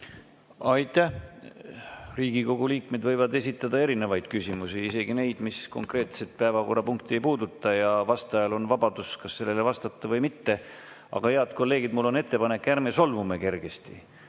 Aitäh! Riigikogu liikmed võivad esitada erinevaid küsimusi, isegi neid, mis konkreetset päevakorrapunkti ei puuduta, ja vastajal on vabadus vastata või mitte. Aga head kolleegid, mul on ettepanek: ärme solvume kergesti.